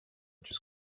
just